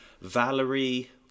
Valerie